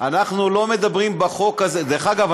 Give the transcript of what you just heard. דרך אגב,